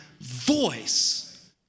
voice